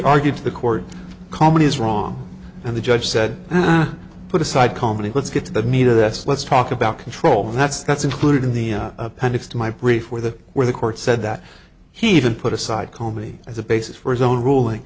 argued to the court comedy is wrong and the judge said and i put aside comedy let's get to the meat of this let's talk about control that's that's included in the appendix to my brief where the where the court said that he even put aside komi as a basis for his own ruling